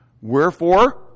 Wherefore